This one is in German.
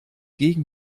gegen